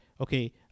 okay